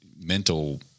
mental